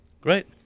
Great